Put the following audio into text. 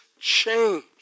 change